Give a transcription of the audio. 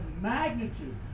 magnitude